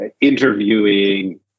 interviewing